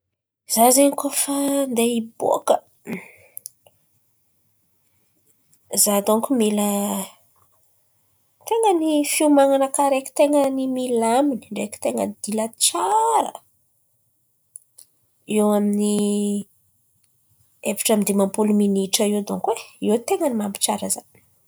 Izaho zen̈y kôa fa andeha hiboaka, izaho dônko mila ten̈a ny fihoman̈a-nakà araiky ten̈a milaminy ndraiky dilà tsara, eo amin'ny efatra amin'ny dimampolo minitra eo dônko e, eo ten̈a ny mahampy tsara izaho.